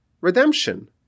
redemption